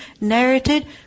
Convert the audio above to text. narrated